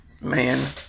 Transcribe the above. man